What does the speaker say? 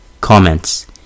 Comments